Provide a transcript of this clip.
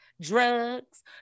drugs